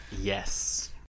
Yes